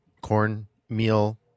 cornmeal